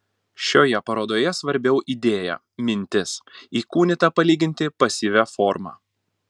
šioje parodoje svarbiau idėja mintis įkūnyta palyginti pasyvia forma